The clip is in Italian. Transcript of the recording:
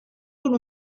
con